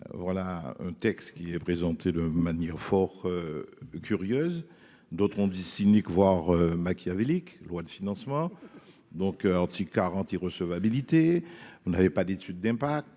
Voilà un texte qui est présenté de manière fort. Curieuse, d'autres ont dit cynique voire machiavélique. Loi de financement donc anti-car recevabilité. On n'avait pas d'étude d'impact.